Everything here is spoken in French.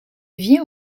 vient